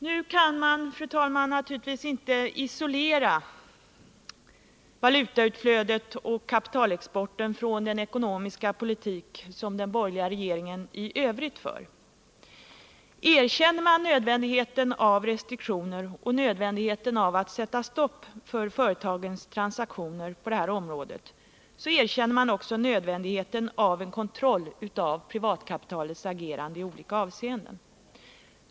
Nu kan man naturligtvis inte, fru talman, isolera valutautflödet och kapitalexporten från den ekonomiska politik som den borgerliga regeringen i övrigt för. Erkänner man nödvändigheten av restriktioner och nödvändigheten av att sätta stopp för företagens transaktioner på detta område, så erkänner man också nödvändigheten av en kontroll av privatkapitalets agerande i olika avseenden.